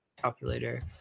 Calculator